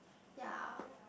ya